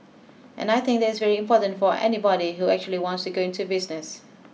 and I think that is very important for anybody who actually wants to go into business